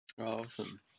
awesome